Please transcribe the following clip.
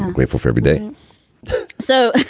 grateful for every day so.